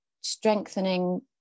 strengthening